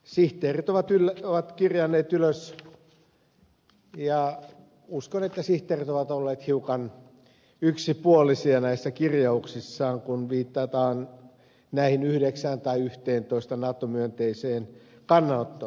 sihteerit ovat kirjanneet muistiin ja uskon että sihteerit ovat olleet hiukan yksipuolisia näissä kirjauksissaan kun viitataan näihin yhdeksään tai yhteentoista nato myönteiseen kannanottoon